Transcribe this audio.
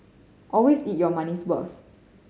always eat your money's worth